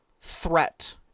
threat